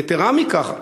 יתרה מכך,